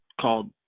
called